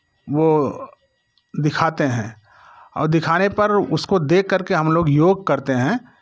वो दिखाते हैं और दिखाने पर उसको देख करके हम लोग योग करते हैं